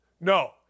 No